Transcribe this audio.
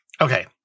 Okay